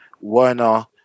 Werner